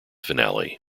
finale